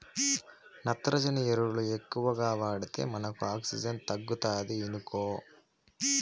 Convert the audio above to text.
నత్రజని ఎరువులు ఎక్కువగా వాడితే మనకు ఆక్సిజన్ తగ్గుతాది ఇనుకో